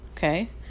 Okay